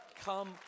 come